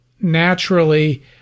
naturally